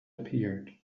appeared